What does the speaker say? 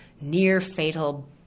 near-fatal